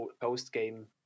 post-game